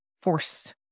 force